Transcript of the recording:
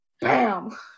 bam